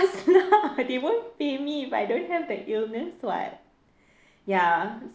they won't pay me if I don't have the illness what ya